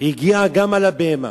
הגיעה גם לבהמה.